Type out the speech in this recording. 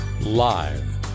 live